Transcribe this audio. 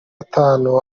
atanu